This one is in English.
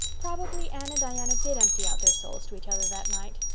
probably anne and diana did empty out their souls to each other that night,